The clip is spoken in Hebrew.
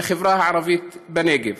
בחברה הערבית בנגב.